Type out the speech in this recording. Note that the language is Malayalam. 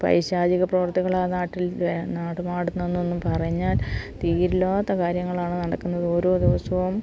പൈശാചിക പ്രവർത്തികളാണ് നാട്ടിൽ നടമാടുന്നതെന്നൊന്നും പറഞ്ഞാൽ തീരില്ലാത്ത കാര്യങ്ങളാണ് നടക്കുന്നത് ഓരോ ദിവസവും